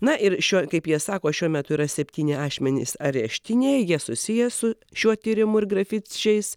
na ir šiuo kaip jie sako šiuo metu yra septyni asmenys areštinėje jie susiję su šiuo tyrimu ir grafičiais